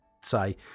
say